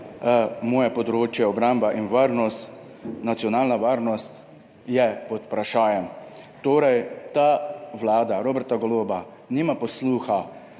moje področje, obramba in varnost, nacionalna varnost je pod vprašajem. Torej, ta vlada Roberta Goloba nima posluha